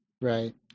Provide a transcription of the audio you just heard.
Right